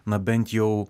na bent jau